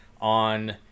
on